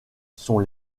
sont